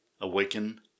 Awaken